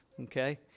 Okay